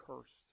cursed